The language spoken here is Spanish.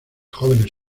jóvenes